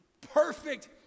perfect